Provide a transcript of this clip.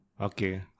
Okay